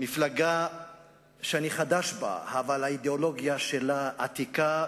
מפלגה שאני חדש בה אבל האידיאולוגיה שלה עתיקה,